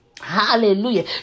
hallelujah